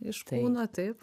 iš kūno taip